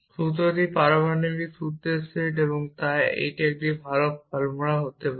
সূত্রটি পারমাণবিক সূত্রের সেট এবং তাই এটি একটি ভাল ফর্মুলা হতে হবে